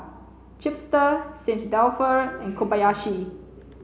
Chipster Dalfour and Kobayashi